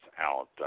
out –